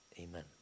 Amen